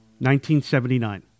1979